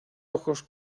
ojos